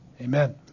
Amen